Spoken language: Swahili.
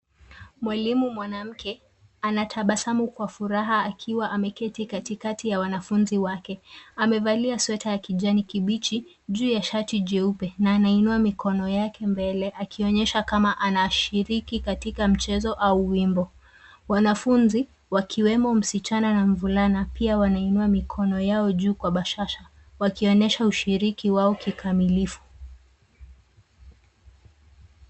Mwalimu mwanamke anatabasamu kwa furaha akiwa ameketi katikati ya wanafunzi wake. Amevalia sweta ya kijani kibichi, juu ya shati jeupe na ana inua mikono yake mbele akionyesha kama anashiriki katika mchezo au wimbo. Wanafunzi wakiwemo msichana na mvulana pia wanainua mikono yao juu kwa bashasha wakionyesha ushiriki wao kikamilifu.